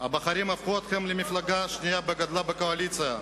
הבוחרים הפכו אתכם למפלגה השנייה בגודלה בקואליציה,